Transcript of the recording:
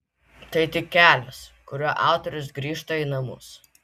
tai tik kelias kuriuo autorius grįžta į namus